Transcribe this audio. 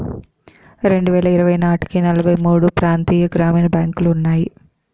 రెండువేల ఇరవై నాటికి నలభై మూడు ప్రాంతీయ గ్రామీణ బ్యాంకులు ఉన్నాయి